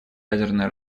ядерное